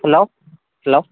hello hello